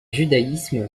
judaïsme